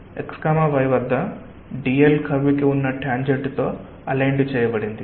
x y వద్ద dl curve కి ఉన్న టాంజెంట్తో అలైన్డ్ చేయబడింది